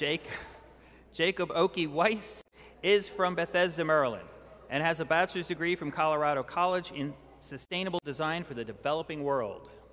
jake jacob okie weiss is from bethesda maryland and has a bachelor's degree from colorado college in sustainable design for the developing world